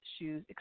shoes